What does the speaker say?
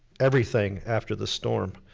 everything after the storm.